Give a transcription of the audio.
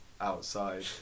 outside